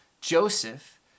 joseph